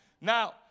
Now